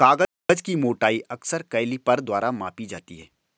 कागज की मोटाई अक्सर कैलीपर द्वारा मापी जाती है